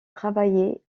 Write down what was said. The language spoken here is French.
travaillé